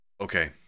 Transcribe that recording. Okay